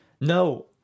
No